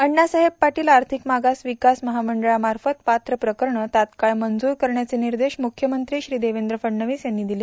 अण्णासाहेब पाटील आर्थिक मागास विकास महामंडळामार्फत पात्र प्रकरणं तात्काळ मंजूर करण्याचे निर्देश मुख्यमंत्री श्री देवेंद्र फडणवीस यांनी दिले